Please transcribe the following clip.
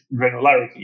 granularity